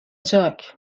چاک